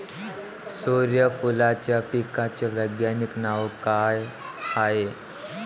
सुर्यफूलाच्या पिकाचं वैज्ञानिक नाव काय हाये?